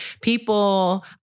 People